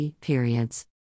periods